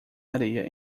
areia